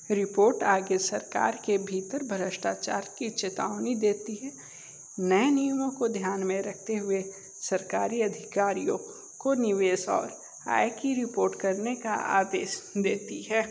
report आगे सरकार के भीतर भ्रष्टाचार की चेतावनी देती है नए नियमों को ध्यान में रखते हुए सरकारी अधिकारियों को निवेश और आय की रिपोर्ट करने का आदेश देती है